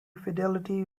fidelity